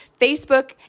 Facebook